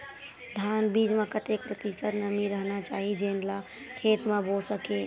धान बीज म कतेक प्रतिशत नमी रहना चाही जेन ला खेत म बो सके?